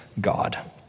God